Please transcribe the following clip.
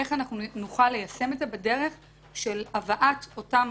איך נוכל ליישם את זה בדרך של הבאת אותם